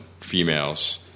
females